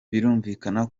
birumvikana